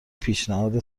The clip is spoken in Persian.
پیشنهاد